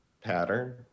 pattern